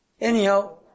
Anyhow